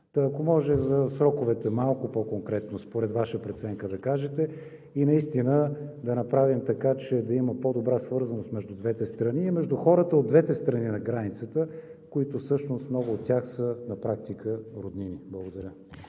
кажете за сроковете малко по-конкретно, според Ваша преценка, и наистина да направим така, че да има по-добра свързаност между двете страни и между хората от двете страни на границата, които всъщност много от тях са на практика роднини. Благодаря.